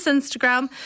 Instagram